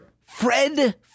Fred